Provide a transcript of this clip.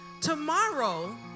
Tomorrow